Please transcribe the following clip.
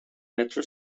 metro